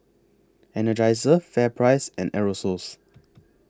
Energizer FairPrice and Aerosoles